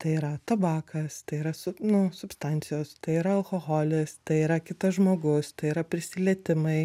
tai yra tabakas tai yra su nu substancijos tai yra alkoholis tai yra kitas žmogus tai yra prisilietimai